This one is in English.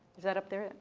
is that up there? oh,